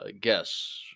Guess